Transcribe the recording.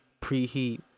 Preheat